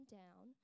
down